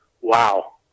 wow